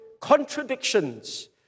contradictions